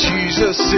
Jesus